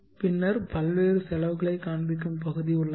பின்னர் பல்வேறு செலவுகளைக் காண்பிக்கும் பகுதி உள்ளது